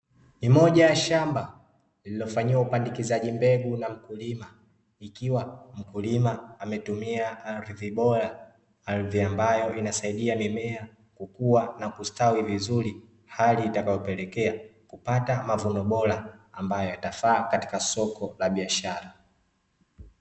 Ni moja ya shamba lililofanyiwa upandikizaji mbegu na mkulima, ikiwa mkulima ametumia ardhi bora, ardhi ambayo inasaidia mimea kukua na kustawi vizuri hali itakayopelekea kupata mavuno bora ambayo yatafaa katika soko la biashara.